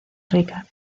rica